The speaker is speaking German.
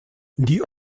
die